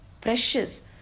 Precious